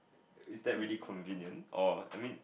is that really convenient or I mean